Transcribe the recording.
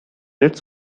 its